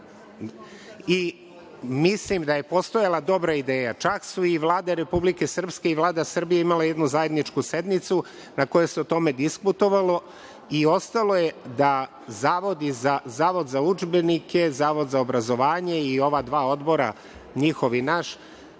Mislim da je postojala dobra ideja. Čak su i Vlade Republike Srpske i Vlada Srbije imale jednu zajedničku sednicu na kojoj se o tome diskutovala i ostalo je da Zavod za udžbenike, Zavod za obrazovanje i ova dva odbora, njihov i naš,